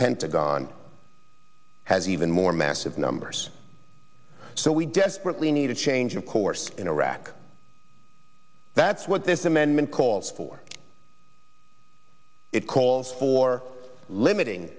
pentagon has even more massive numbers so we desperately need a change of course in iraq that's what this amendment calls for it calls for limiting